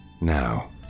Now